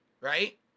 right